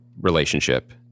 relationship